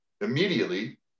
immediately